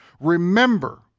Remember